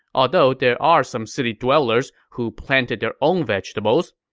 although there are some city-dwellers who planted their own vegetables.